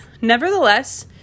Nevertheless